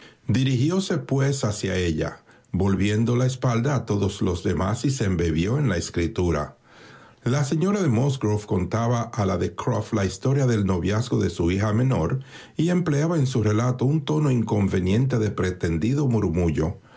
dirigióse pues hacia ella volviendo la espalda a todos los demá y se embebió en la escritura la señora de musgrove contaba a la de croft la historia del noviazgo de su hija menor y empleaba en su relato un tono inconveniente de pretendido murmullo